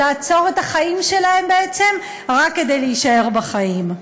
לעצור את החיים שלהן בעצם רק כדי להישאר בחיים.